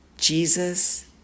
Jesus